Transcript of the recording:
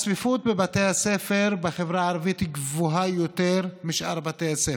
הצפיפות בבתי הספר בחברה הערבית גבוהה יותר מבשאר בתי הספר,